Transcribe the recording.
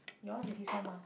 yours is this one mah